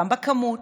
גם בכמות,